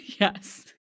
yes